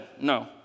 No